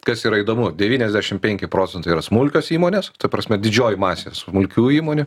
kas yra įdomu devyniasdešim penki procentai yra smulkios įmonės ta prasme didžioji masė smulkių įmonių